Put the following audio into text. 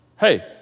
Hey